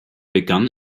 begann